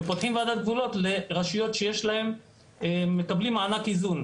ופותחים ועדות גבולות לרשויות שמקבלות מענק איזון.